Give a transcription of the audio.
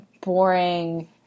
boring